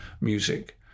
music